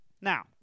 Now